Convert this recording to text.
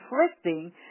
conflicting